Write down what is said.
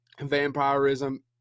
vampirism